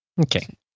Okay